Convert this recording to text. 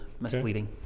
misleading